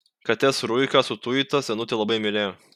kates ruiką su tuita senutė labai mylėjo